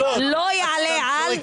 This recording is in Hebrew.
לא יעלה על,